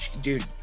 dude